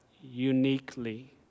uniquely